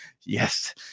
Yes